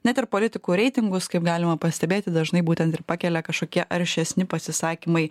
net ir politikų reitingus kaip galima pastebėti dažnai būtent ir pakelia kažkokie aršesni pasisakymai